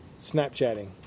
Snapchatting